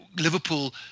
Liverpool